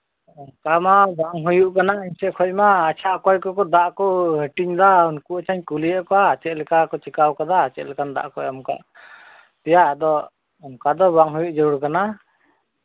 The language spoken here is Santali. ᱚᱱᱠᱟ ᱢᱟ ᱵᱟᱝ ᱦᱩᱭᱩᱜ ᱠᱟᱱᱟ ᱤᱧ ᱥᱮᱫ ᱠᱷᱚᱱ ᱢᱟ ᱟᱪᱪᱷᱟ ᱚᱠᱚᱭ ᱠᱚᱠᱚ ᱫᱟᱜ ᱠᱚ ᱦᱟᱹᱴᱤᱧᱫᱟ ᱩᱱᱠᱩ ᱟᱪᱪᱷᱟᱧ ᱠᱩᱞᱤᱭᱮᱫ ᱠᱚᱣᱟ ᱪᱮᱫ ᱞᱮᱠᱟ ᱠᱚ ᱪᱤᱠᱟᱹᱣ ᱠᱟᱫᱟ ᱪᱮᱫ ᱞᱮᱠᱟᱱ ᱫᱟᱜ ᱠᱚ ᱮᱢ ᱠᱟᱜ ᱯᱮᱭᱟ ᱟᱫᱚ ᱚᱱᱠᱟ ᱫᱚ ᱵᱟᱝ ᱦᱩᱭᱩᱜ ᱡᱟᱹᱨᱩᱲ ᱠᱟᱱᱟ